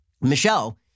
Michelle